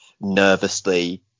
nervously